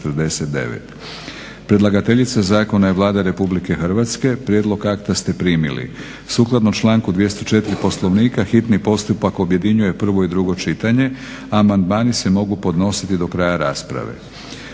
Predlagateljica zakona je Vlada Republike Hrvatske. Prijedlog akta ste primili. Sukladno članku 204. Poslovnika hitni postupak objedinjuje prvo i drugo čitanje. Amandmani se mogu podnositi do kraja rasprave.